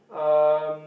um